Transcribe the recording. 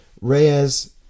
Reyes